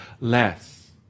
less